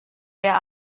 wer